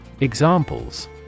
Examples